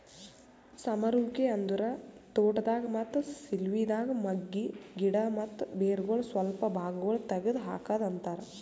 ಸಮರುವಿಕೆ ಅಂದುರ್ ತೋಟದಾಗ್, ಮತ್ತ ಸಿಲ್ವಿದಾಗ್ ಮಗ್ಗಿ, ಗಿಡ ಮತ್ತ ಬೇರಗೊಳ್ ಸ್ವಲ್ಪ ಭಾಗಗೊಳ್ ತೆಗದ್ ಹಾಕದ್ ಅಂತರ್